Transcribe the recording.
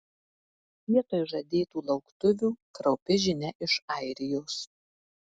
vietoj žadėtų lauktuvių kraupi žinia iš airijos